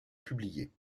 publier